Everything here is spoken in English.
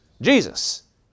Jesus